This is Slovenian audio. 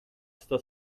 sta